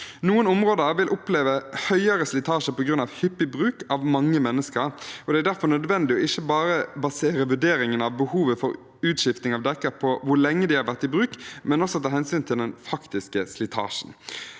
Noen områder vil oppleve høyere slitasje på grunn av hyppig bruk av mange mennesker, og det er derfor nødvendig ikke bare å basere vurderingen av behovet for utskifting av dekker på hvor lenge de har vært i bruk, men også ta hensyn til den faktiske slitasjen.